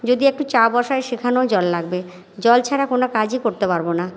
যদি একটু চা বসাই সেখানেও জল লাগবে জল ছাড়া কোনো কাজই করতে পারবো না